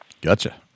Gotcha